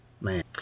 man